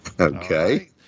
Okay